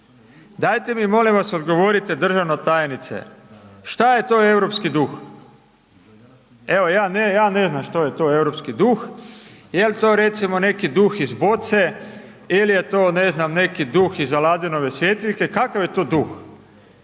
Dajte mi molim vas odgovorite državna tajnice, šta je to europski duh, evo ja ne znam što je to europski duh, jel to recimo neki duh iz boce ili je to ne znam neki duh iz Aladinove svjetiljke. Kakav je to duh?